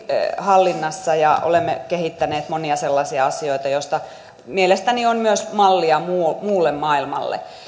hallinnassa ja olemme kehittäneet monia sellaisia asioita joista mielestäni on myös mallia muulle muulle maailmalle